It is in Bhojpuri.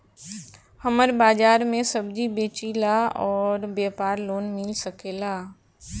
हमर बाजार मे सब्जी बेचिला और व्यापार लोन मिल सकेला?